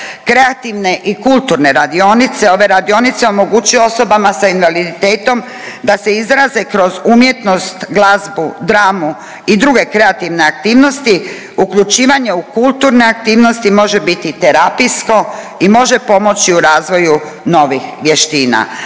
kreativne i kulturne radionice. Ove radionice omogućuju osobama sa invaliditetom da se izraze kroz umjetnost, glazbu, dramu i druge kreativne aktivnosti, uključivanje u kulturne aktivnosti može biti terapijsko i može pomoći u razvoju novih vještina.